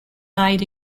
died